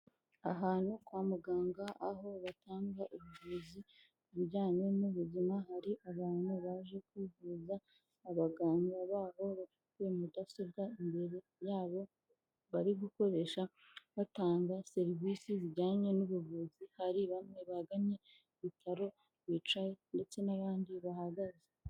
Ahantu kwa muganga aho batanga ubuvuzi ku bijyanye n'ubuzima, hari abantu baje kwivuza, abaganga babo bafite mudasobwa imbere yabo bari gukoresha batanga serivisi zijyanye n'ubuvuzi, hari bamwe bagannye ibitaro bicaye ndetse n'abandi bahagaze.